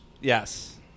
Yes